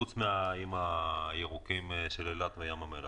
חוץ מהאזורים הירוקים של אילת וים המלח.